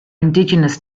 indigenous